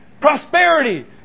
prosperity